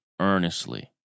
earnestly